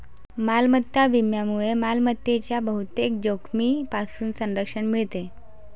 मालमत्ता विम्यामुळे मालमत्तेच्या बहुतेक जोखमींपासून संरक्षण मिळते